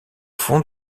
fond